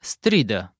Strida